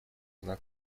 знак